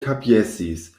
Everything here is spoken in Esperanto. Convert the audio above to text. kapjesis